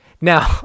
Now